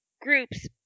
groups